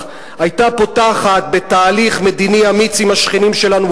היתה פותחת בתהליך מדיני אמיץ עם השכנים שלנו,